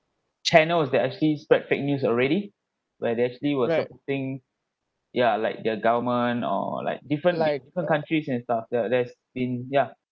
channels that actually spread fake news already where they actually was supporting ya like their government or like different like different countries and stuff the there's been ya